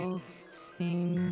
sing